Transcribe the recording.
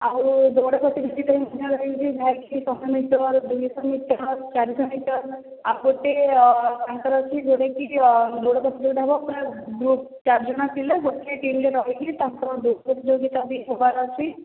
ଆଉ ଦୌଡ ପ୍ରତିଯୋଗିତା ଶହେ ମିଟର ଦୁଇ ଶହ ମିଟର ଚାରି ଶହ ମିଟର ଆଉ ଗୋଟିଏ ତାଙ୍କର ଅଛି ଯେଉଁଟା କି ଦୌଡ ପ୍ରତିଯୋଗିତା ହେବ ପୁରା ଗୃପ ଚାରି ଜଣ ପିଲା ଗୋଟିଏ ଟିମରେ ରହିକି ତାଙ୍କର ଦୌଡ ପ୍ରତିଯୋଗିତା ବି ହେବାର ଅଛି